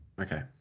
Okay